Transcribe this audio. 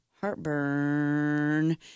heartburn